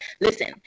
Listen